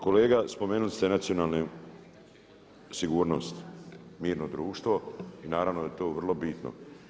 Kolega spomenuli ste nacionalnu sigurnost, mirno društvo i naravno da je to vrlo bitno.